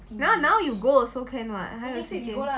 no~ now you go also can what 还有时间